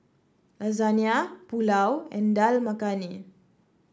Lasagna Pulao and Dal Makhani